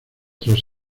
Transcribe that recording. tras